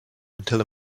until